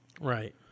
Right